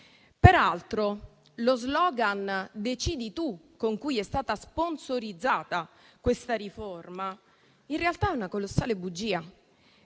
Peraltro, lo *slogan* «decidi tu» con cui è stata sponsorizzata questa riforma è in realtà una colossale bugia,